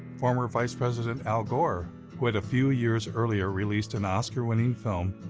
former vice president al gore, who had a few years earlier released an oscar winning film,